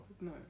No